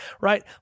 right